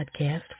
Podcast